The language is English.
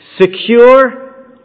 secure